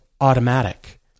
Automatic